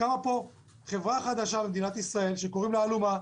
קמה פה חברה חדשה במדינת ישראל שקוראים לה אלומה,